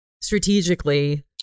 strategically